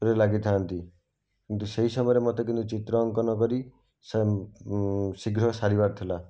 ରେ ଲାଗିଥାନ୍ତି କିନ୍ତୁ ସେଇ ସମୟରେ ମୋତେ କିନ୍ତୁ ଚିତ୍ର ଅଙ୍କନ କରି ଶୀଘ୍ର ସାରିବାର ଥିଲା